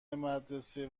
مدرسه